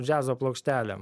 džiazo plokštelėm